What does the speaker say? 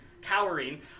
cowering